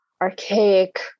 archaic